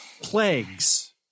plagues